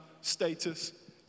status